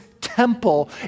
temple